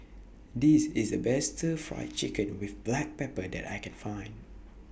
This IS The Best Stir Fry Chicken with Black Pepper that I Can Find